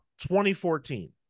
2014